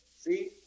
See